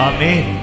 Amen